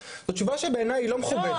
זאת תשובה שבעיניי היא לא מכובדת.